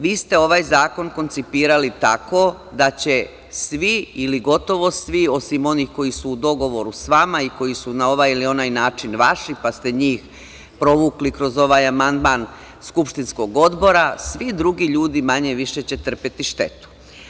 Vi ste ovaj zakon koncipirali tako da će svi ili gotovo svi, osim onih koji su u dogovoru sa vama i koji su na ovaj ili na onaj način vaši, pa ste njih provukli kroz ovaj amandman skupštinskog Odbora, svi drugi ljudi, manje, više, će trpeti štetu.